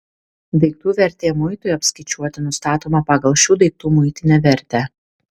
daiktų vertė muitui apskaičiuoti nustatoma pagal šių daiktų muitinę vertę